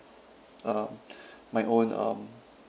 um my own um